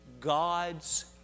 God's